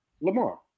Lamar